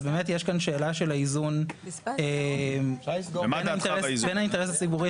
אז באמת יש כאן שאלה של האיזון בין האינטרס הציבורי